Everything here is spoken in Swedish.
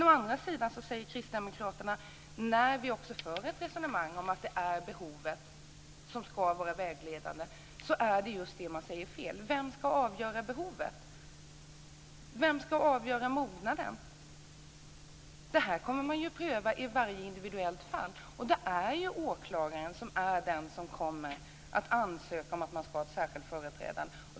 Å andra sidan säger Kristdemokraterna att vårt resonemang om att det är behovet som ska vara vägledande är just det som är fel. Vem ska avgöra behovet? Vem ska avgöra mognaden? Detta kommer ju att prövas i varje individuellt fall, och det är åklagaren som är den som kommer att ansöka om särskild företrädare.